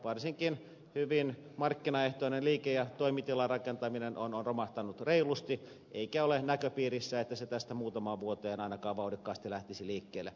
varsinkin hyvin markkinaehtoinen liike ja toimitilarakentaminen on romahtanut reilusti eikä ole näköpiirissä että se tästä muutamaan vuoteen ainakaan vauhdikkaasti lähtisi liikkeelle